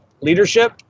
leadership